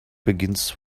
begins